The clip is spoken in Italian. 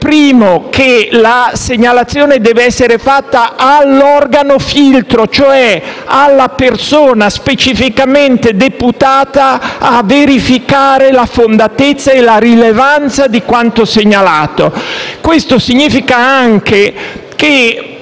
che la segnalazione deve essere fatta a un organo-filtro, cioè alla persona specificamente deputata a verificare la fondatezza e la rilevanza di quanto segnalato. Ciò significa che può